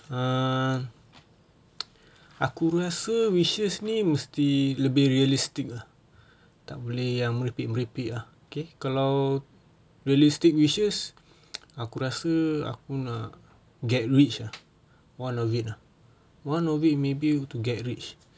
uh aku rasa wishes ni mesti lebih realistik lah tak boleh yang merepek-merepek lah okay kalau realistik wishes aku rasa aku nak get rich lah one of it lah one of it maybe untuk get rich